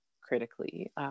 critically